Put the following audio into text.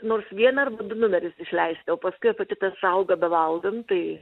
nors vieną arba du numerius išleisti o paskui apetitas auga bevalgant tai